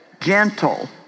gentle